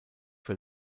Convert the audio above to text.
für